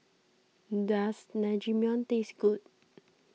does Naengmyeon taste good